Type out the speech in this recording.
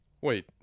Wait